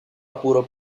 apuro